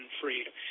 freedom